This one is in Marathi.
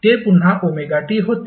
ते पुन्हा t होते